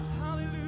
Hallelujah